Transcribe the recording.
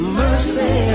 mercy